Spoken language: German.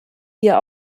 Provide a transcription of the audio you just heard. hier